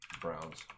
Browns